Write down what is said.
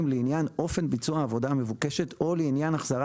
לעניין אופן ביצוע העבודה המבוקשת או לעניין החזרת